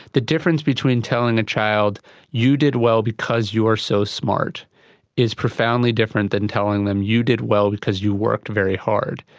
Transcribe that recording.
the difference between telling a child you did well because you're so smart is profoundly different than telling them you did well because you worked very hard.